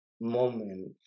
moment